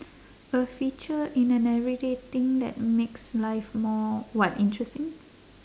a feature in an everyday thing that makes life more what interesting